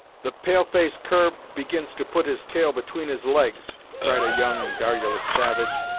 the pale-face cur begins to put his tail between his legs! cried a young and garrulous savage,